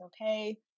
okay